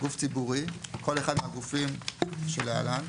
"גוף ציבורי" - כל אחד מהגופים שלהלן: